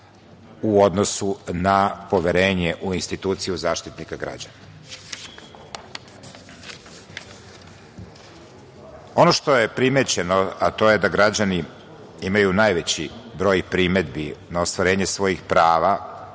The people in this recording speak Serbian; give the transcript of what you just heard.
u odnosu na poverenje u instituciju Zaštitnika građana. Ono što je primećeno, a to je da građani imaju najveći broj primedbi na ostvarenje svojih prava